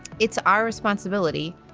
it's our responsibility,